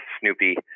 Snoopy